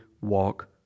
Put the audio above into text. walk